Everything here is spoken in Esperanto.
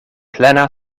plena